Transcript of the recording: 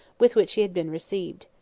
with which he had been received.